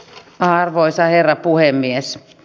arvoisa herra puhemies